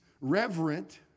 reverent